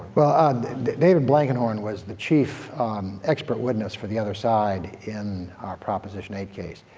david blankenhorn was the chief expert witness for the other side in our proposition eight case.